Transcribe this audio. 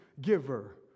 giver